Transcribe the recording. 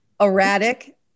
Erratic